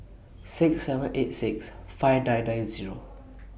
six seven eight six five nine nine Zero